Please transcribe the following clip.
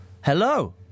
Hello